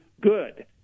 good